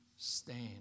Stand